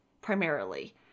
primarily